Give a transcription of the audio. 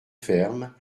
fermes